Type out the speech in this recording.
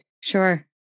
Sure